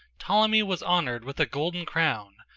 ptolemy was honored with a golden crown,